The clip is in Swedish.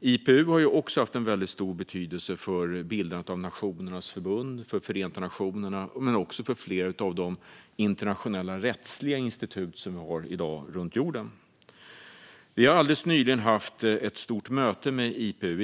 IPU har också haft en stor betydelse för bildandet av Nationernas förbund och Förenta nationerna men även för flera av de internationella rättsliga institut som vi har i dag runt jorden. Vi har alldeles nyligen haft ett stort möte med IPU.